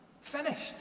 finished